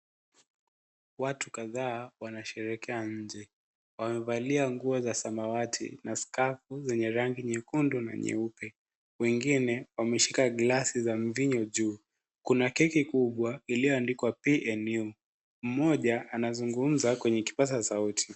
Watu kadhaa wanasherehekea nje. Wamevalia nguo za samawati na skafu zenye rangi nyekundu na nyeupe ,wengine wameshika glasi za mvinyo juu. Kuna keki kubwa iliyoandikwa PNU, moja anazungumzwa kwenye kipasa sauti.